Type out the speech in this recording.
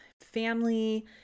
family